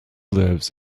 lives